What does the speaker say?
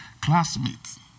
classmates